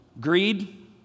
greed